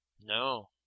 No